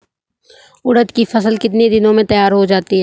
उड़द की फसल कितनी दिनों में तैयार हो जाती है?